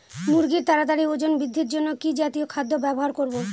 মুরগীর তাড়াতাড়ি ওজন বৃদ্ধির জন্য কি জাতীয় খাদ্য ব্যবহার করব?